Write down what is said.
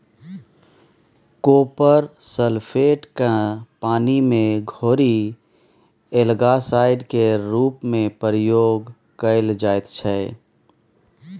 copper sulphate केँ पानि मे घोरि एल्गासाइड केर रुप मे प्रयोग कएल जाइत छै